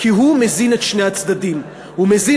כי הוא מזין את שני הצדדים: הוא מזין